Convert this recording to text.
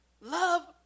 Love